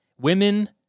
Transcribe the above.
women